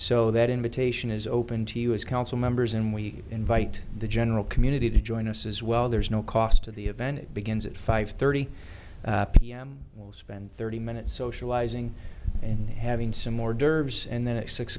so that invitation is open to us council members and we invite the general community to join us as well there's no cost to the event begins at five thirty p m we'll spend thirty minutes socializing and having some more d'oeuvres and then at six